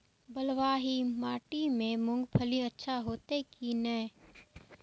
बलवाही माटी में मूंगफली अच्छा होते की ने?